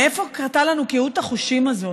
מאיפה קרתה לנו קהות החושים הזאת?